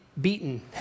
beaten